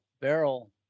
barrel